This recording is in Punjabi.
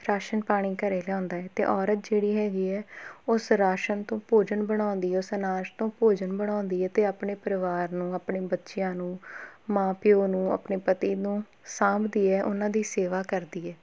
ਰਾਸ਼ਨ ਪਾਣੀ ਘਰ ਲਿਆਉਂਦਾ ਹੈ ਅਤੇ ਔਰਤ ਜਿਹੜੀ ਹੈਗੀ ਹੈ ਉਸ ਰਾਸ਼ਨ ਤੋਂ ਭੋਜਨ ਬਣਾਉਂਦੀ ਹੈ ਉਸ ਅਨਾਜ ਤੋਂ ਭੋਜਨ ਬਣਾਉਂਦੀ ਹੈ ਅਤੇ ਆਪਣੇ ਪਰਿਵਾਰ ਨੂੰ ਆਪਣੇ ਬੱਚਿਆਂ ਨੂੰ ਮਾਂ ਪਿਓ ਨੂੰ ਆਪਣੇ ਪਤੀ ਨੂੰ ਸਾਂਭਦੀ ਹੈ ਉਹਨਾਂ ਦੀ ਸੇਵਾ ਕਰਦੀ ਹੈ